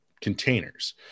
containers